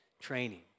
training